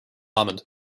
almond